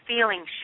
feeling